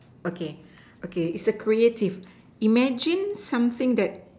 okay okay it's a creative imagine something that